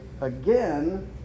again